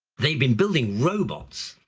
they've been building robots,